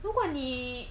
如果你